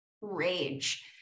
rage